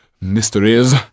mysteries